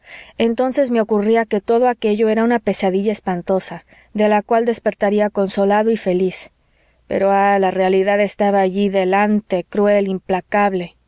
entonces me ocurría que todo aquello era una pesadilla espantosa de la cual despertaría consolado y feliz pero ah la realidad estaba allí delante cruel implacable